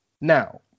Now